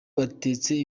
batetse